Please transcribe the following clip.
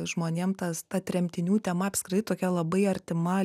žmonėm tas ta tremtinių tema apskritai tokia labai artima